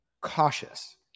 cautious